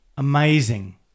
Amazing